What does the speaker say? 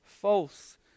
false